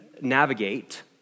navigate